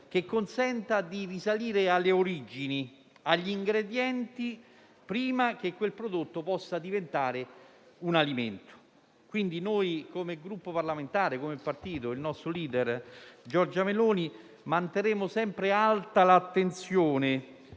che consenta di risalire alle origini e agli ingredienti prima che quel prodotto possa diventare un alimento. Noi, come Gruppo parlamentare e come partito con il nostro *leader*, Giorgia Meloni, manterremo sempre alta l'attenzione